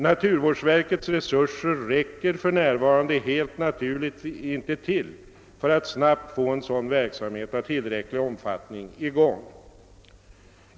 Naturvårdsverkets resurser räcker för närvarande helt naturligt inte till för att snabbt få en sådan verksamhet av tillräcklig omfattning i gång.